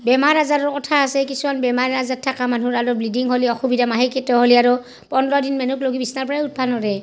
বেমাৰ আজাৰৰ কথা আছে কিছুমান বেমাৰ আজাৰ থাকা মানুহৰ আৰু ব্লিডিং হ'লে অসুবিধা মাহেকীয়াটো হ'লে আৰু পোন্ধৰ দিন মানক লগি বিচনাৰ পৰাই উঠবা নৰে